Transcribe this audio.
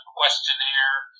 questionnaire